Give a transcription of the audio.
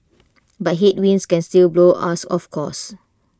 but headwinds can still blow us off course